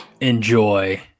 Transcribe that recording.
enjoy